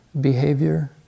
behavior